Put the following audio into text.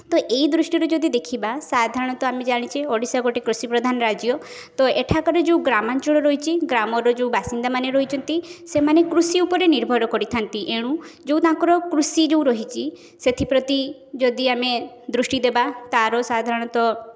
ତ ଏଇ ଦୃଷ୍ଟିରୁ ଯଦି ଦେଖିବା ସାଧାରଣତଃ ଆମେ ଜାଣିଛେ ଓଡ଼ିଶା ଗୋଟେ କୃଷି ପ୍ରଧାନ ରାଜ୍ୟ ତ ଏଠାକାର ଯେଉଁ ଗ୍ରାମାଞ୍ଚଳ ରହିଛି ଗ୍ରାମର ଯେଉଁ ବାସିନ୍ଦାମାନେ ରହିଛନ୍ତି ସେମାନେ କୃଷି ଉପରେ ନିର୍ଭର କରିଥାନ୍ତି ଏଣୁ ଯେଉଁ ତାଙ୍କର କୃଷି ଯେଉଁ ରହିଛି ସେଥିପ୍ରତି ଯଦି ଆମେ ଦୃଷ୍ଟି ଦେବା ତାର ସାଧାରଣତଃ